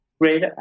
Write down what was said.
great